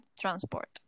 transport